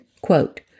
Quote